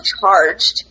charged